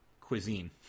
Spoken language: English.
cuisine